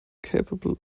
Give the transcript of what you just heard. capable